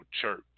church